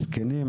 מסכנים,